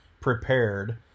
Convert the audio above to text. prepared